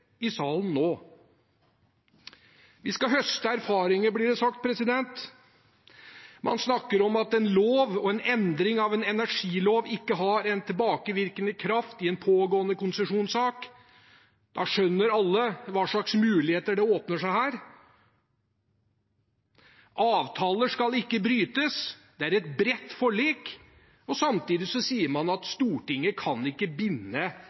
i salen nå. Vi skal høste erfaringer, blir det sagt. Man snakker om at en lov og en endring av en energilov ikke har tilbakevirkende kraft i en pågående konsesjonssak. Da skjønner alle hva slags muligheter som åpner seg her. Avtaler skal ikke brytes. Det er et bredt forlik. Samtidig sier man at Stortinget ikke kan binde